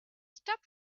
stop